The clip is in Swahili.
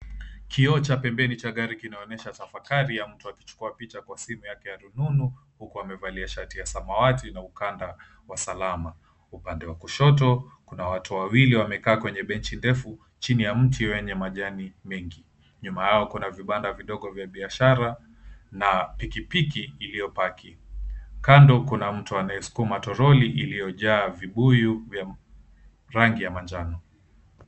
Kioo cha pembeni cha gari kinaonyesha tafakari ya mtu akichukua picha kwa simu yake ya rununu huu amevalia shati ya samawati na ukanda wa salama. Upande wa kushoto kuna watu wawili wamekaa kwenye benchi ndefu chini ya mti wenye majani mengi. Nyuma yao kuna vibanda vidogo vya biashara na pikipiki iliopaki. Kando kuna mtu anayesukuma toroli iliyojaa vibuyu vya rangi ya manjano.